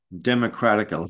democratic